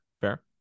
Fair